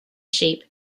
sheep